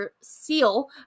Seal